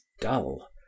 dull